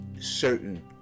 certain